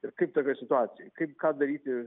ir kaip tokioj situacijoj kaip ką daryti